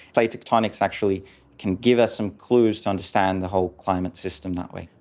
plate tectonics actually can give us some clues to understand the whole climate system that way.